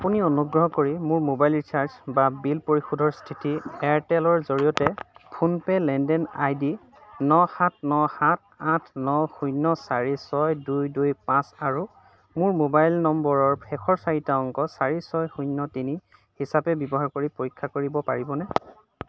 আপুনি অনুগ্ৰহ কৰি মোৰ মোবাইল ৰিচাৰ্জ বা বিল পৰিশোধৰ স্থিতি এয়াৰটেলৰ জৰিয়তে ফোনপে' লেনদেন আই ডি ন সাত ন সাত আঠ ন শূন্য চাৰি ছয় দুই দুই পাঁচ আৰু মোৰ মোবাইল নম্বৰৰ শেষৰ চাৰিটা অংক চাৰি ছয় শূন্য তিনি হিচাপে ব্যৱহাৰ কৰি পৰীক্ষা কৰিব পাৰিবনে